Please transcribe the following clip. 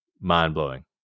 mind-blowing